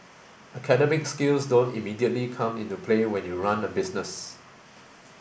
academic skills don't immediately come into play when you run a business